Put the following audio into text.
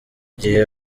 gihe